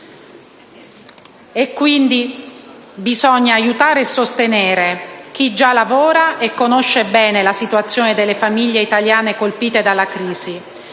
Quindi, bisogna aiutare e sostenere chi già lavora e conosce bene la situazione delle famiglie italiane colpite dalla crisi;